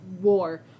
war